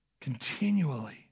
continually